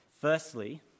Firstly